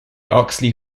oxley